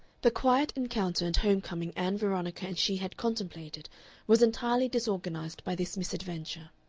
the quiet encounter and home-coming ann veronica and she had contemplated was entirely disorganized by this misadventure